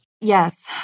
Yes